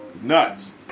nuts